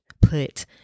put